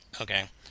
Okay